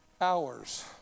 hours